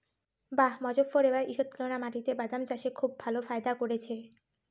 বাঃ মোজফ্ফর এবার ঈষৎলোনা মাটিতে বাদাম চাষে খুব ভালো ফায়দা করেছে